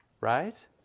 right